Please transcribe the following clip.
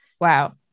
wow